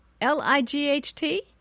L-I-G-H-T